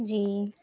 جی